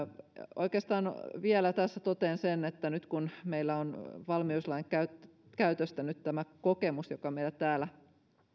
oikeastaan vielä tässä totean sen että nyt kun meillä on valmiuslain käytöstä tämä kokemus joka meillä täällä